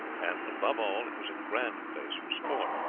and, above all, it was a grand place for sport,